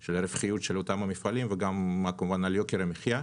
של הרווחיות של אותם המפעלים וגם כמובן על יוקר המחיה.